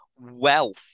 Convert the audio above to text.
wealth